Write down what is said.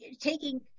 Taking